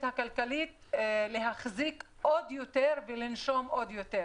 הכלכלית להחזיק עוד יותר ולנשום עוד יותר,